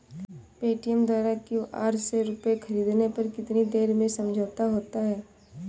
Paytm द्वारा QR से रूपए ख़रीदने पर कितनी देर में समझौता होता है?